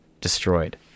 destroyed